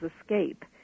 escape